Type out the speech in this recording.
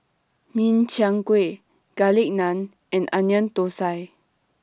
Min Chiang Kueh Garlic Naan and Onion Thosai